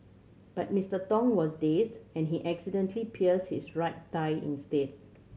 but Mister Tong was dazed and he accidentally pierced his right thigh instead